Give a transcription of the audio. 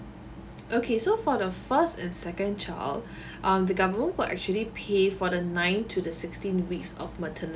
okay so for the first and second child um the government will actually pay for the ninth to the sixteenth weeks of maternity